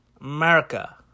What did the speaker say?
America